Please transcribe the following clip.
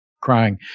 crying